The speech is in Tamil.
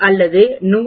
நான் 1 கழித்தல் 0